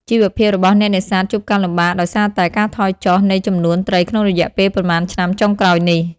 ជីវភាពរបស់អ្នកនេសាទជួបការលំបាកដោយសារតែ ការថយចុះ នៃចំនួនត្រីក្នុងរយៈពេលប៉ុន្មានឆ្នាំចុងក្រោយនេះ។